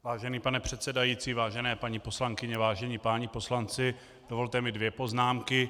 Vážený pane předsedající, vážené paní poslankyně, vážení páni poslanci, dovolte mi dvě poznámky.